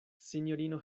sinjorino